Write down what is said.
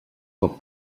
cop